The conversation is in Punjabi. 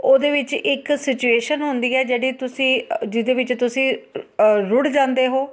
ਉਹਦੇ ਵਿੱਚ ਇੱਕ ਸਿਚੁਏਸ਼ਨ ਹੁੰਦੀ ਹੈ ਜਿਹੜੀ ਤੁਸੀਂ ਜਿਹਦੇ ਵਿੱਚ ਤੁਸੀਂ ਰੁੜ ਜਾਂਦੇ ਹੋ